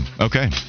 okay